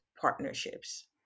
partnerships